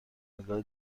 نگاه